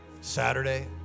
Saturday